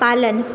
पालन